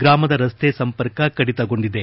ಗ್ರಾಮದ ರಸ್ತೆ ಸಂಪರ್ಕ ಕಡಿತಗೊಂಡಿದೆ